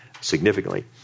significantly